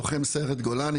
לוחם סיירת גולני,